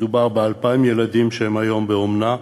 מדובר על 2,000 ילדים שהם היום באומנה,